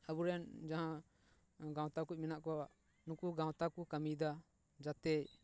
ᱟᱵᱚᱨᱮᱱ ᱡᱟᱦᱟᱸ ᱜᱟᱶᱛᱟ ᱠᱚ ᱢᱮᱱᱟᱜ ᱠᱚᱣᱟ ᱱᱩᱠᱩ ᱜᱟᱶᱛᱟ ᱠᱚ ᱠᱟᱹᱢᱤᱭᱮᱫᱟ ᱡᱟᱛᱮ